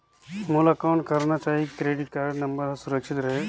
मोला कौन करना चाही की क्रेडिट कारड नम्बर हर सुरक्षित रहे?